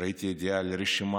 ראיתי ידיעה על רשימה